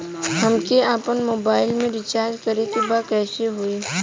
हमके आपन मोबाइल मे रिचार्ज करे के बा कैसे होई?